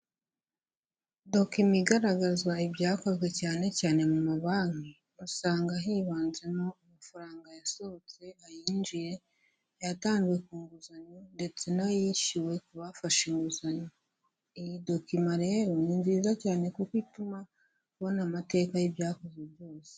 Dokima igaragaza ibyakozwe cyane cyane mu mabanki, usanga hibanzemo amafaranga yasohotse, ayinjiye, ayatanzwe ku nguzanyo ndetse n'ayishyuwe ku bafashe inguzanyo. Iyi dokima rero, ni nziza cyane kuko ituma ubona amateka y'ibyakozwe byose.